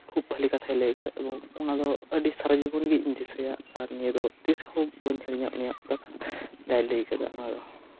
ᱠᱷᱩᱵ ᱵᱷᱟᱞᱮ ᱠᱟᱛᱷᱟᱭ ᱞᱟᱹᱭ ᱟᱠᱟᱫᱟ ᱚᱱᱟᱫᱚ ᱟᱹᱰᱤ ᱥᱟᱨᱟᱡᱤᱵᱚᱱ ᱜᱤ ᱤᱧ ᱫᱤᱥᱟᱹᱭᱟ ᱟᱨ ᱱᱤᱭᱟᱹ ᱫᱚ ᱛᱤᱥᱦᱚ ᱵᱟᱹᱧ ᱦᱤᱲᱤᱧᱟ ᱩᱱᱤᱭᱟᱜ ᱠᱟᱛᱷᱟ ᱡᱟᱭ ᱞᱟᱹᱭ ᱟᱠᱟᱫᱟ ᱚᱱᱟᱫᱚ